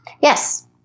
Yes